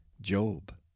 Job